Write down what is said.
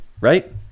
right